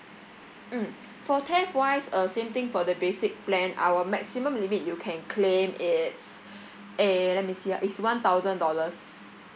mm for theft wise uh same thing for the basic plan our maximum limit you can claim it's eh let me see ah is one thousand dollars